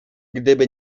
gdyby